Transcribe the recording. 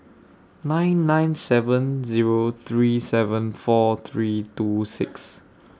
nine nine seven Zero three seven four three two six